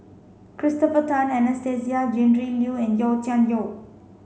Christopher Tan Anastasia Tjendri Liew and Yau Tian Yau